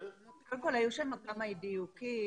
קודם כל היו שם כמה אי דיוקים.